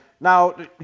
Now